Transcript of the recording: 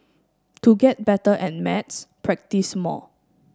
to get better at maths practise more